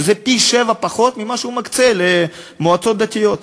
שזה שביעית ממה שהוא מקצה למועצות דתיות,